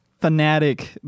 fanatic